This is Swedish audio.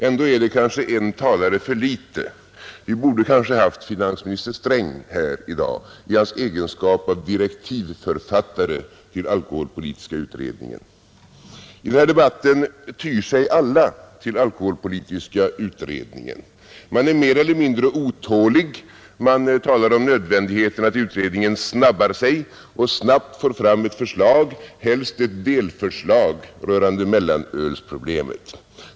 Ändå är det kanske en talare för litet. Vi borde kanske ha haft finansminister Sträng här i dag i hans egenskap av författare av direktiven till alkoholpolitiska utredningen. I den här debatten tyr sig alla till alkoholpolitiska utredningen. Man är mer eller mindre otålig, och man talar om nödvändigheten av att utredningen snabbt får fram ett förslag, helst ett delförslag rörande mellanölsproblemet.